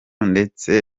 ndetse